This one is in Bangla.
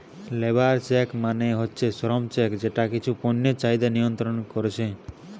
লেবার চেক মানে হচ্ছে শ্রম চেক যেটা কিছু পণ্যের চাহিদা নিয়ন্ত্রণ কোরছে